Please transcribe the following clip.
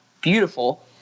beautiful